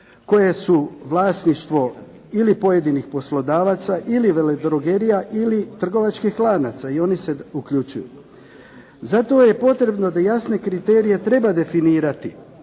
koje su vlasništvo ili pojedinih poslodavaca ili veledrogerija ili trgovačkih lanaca i oni se uključuju. Zato je potrebno da jasne kriterije treba definirati